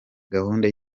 gahunda